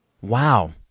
Wow